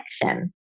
connection